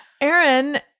Aaron